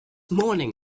morning